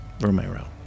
Romero